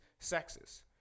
sexist